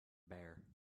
bear